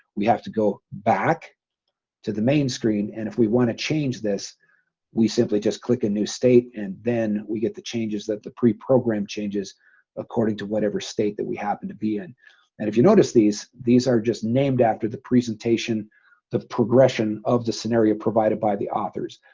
we have to go back to the main screen and if we want to change this we simply just click a new state and then we get the changes that the pre-program changes according to whatever state that we happen to be in and if you notice these these are just named after the presentation the progression of the scenario provided by the authors.